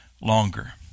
longer